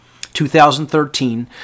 2013